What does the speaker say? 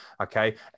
Okay